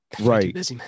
right